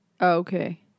okay